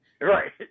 Right